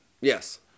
Yes